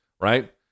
right